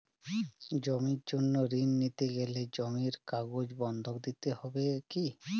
জমির জন্য ঋন নিতে গেলে জমির কাগজ বন্ধক দিতে হবে কি?